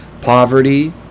poverty